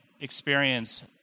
experience